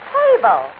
table